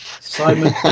Simon